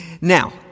Now